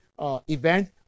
event